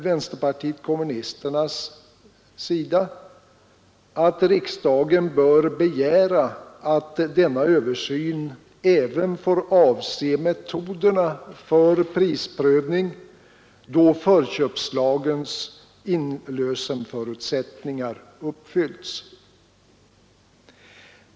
Vänsterpartiet kommunisterna menar att riksdagen bör begära att denna översyn även får avse metoderna för prisprövning då förköpslagens inlösenförutsättningar uppfyllts.